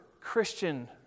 Christian